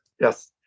Yes